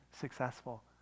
successful